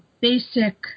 basic